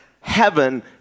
heaven